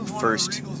first